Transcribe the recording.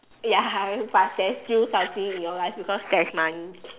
ya but there's still fighting in your life because there's money